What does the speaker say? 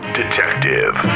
detective